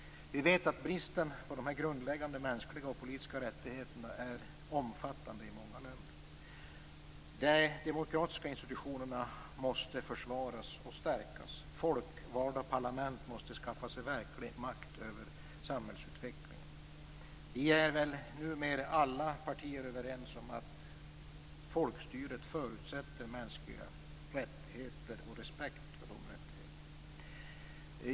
Vi vet att bristen på dessa grundläggande mänskliga och politiska rättigheter är omfattande i många länder. De demokratiska institutionerna måste försvaras och stärkas. Folkvalda parlament måste skaffa sig verklig makt över samhällsutvecklingen. Vi är numera i alla partier överens om att folkstyret förutsätter mänskliga rättigheter och respekt för dessa rättigheter.